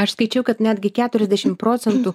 aš skaičiau kad netgi keturiasdešimt procentų